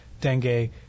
dengue